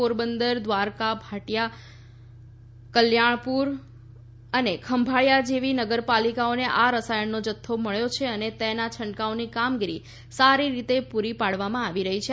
પોરબંદર ધ્વારકા ભાટીયા કલ્યાણપુર અને ખંભાળીયા જેવી નગરપાલિકાને આ રસાયણનો જથ્થો મળ્યો છે અને તેના છંટકાવની કામગીરી સારી રીતે પર પાડવામાં આવી છે